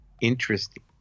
Interesting